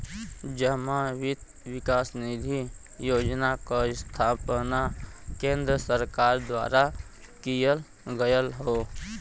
जमा वित्त विकास निधि योजना क स्थापना केन्द्र सरकार द्वारा किहल गयल हौ